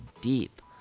deep